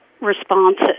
responses